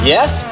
Yes